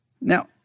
Now